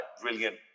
brilliant